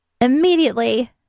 immediately